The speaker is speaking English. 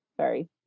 sorry